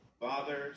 Father